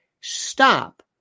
stop